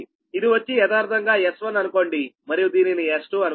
ఇది వచ్చి యదార్ధంగా S1 అనుకోండి మరియు దీనిని S2 అనుకోండి